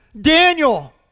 Daniel